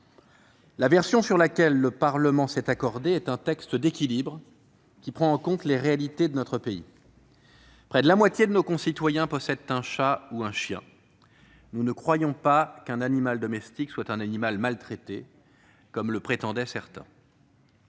La version sur laquelle le Parlement s'est accordé est un texte d'équilibre, qui prend en compte les réalités de notre pays. Près de la moitié de nos concitoyens possède un chat ou un chien. Nous ne pensons pas qu'un animal domestique soit un animal maltraité, comme le prétendent certains.